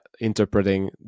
interpreting